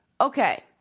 Okay